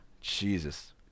Jesus